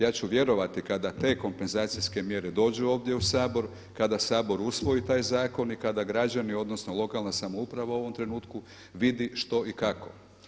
Ja ću vjerovati kada te kompenzacijske mjere dođu ovdje u Sabor, kada Sabor usvoji taj zakon i kada građani odnosno lokalna samouprava u ovom trenutku vidi što i kako.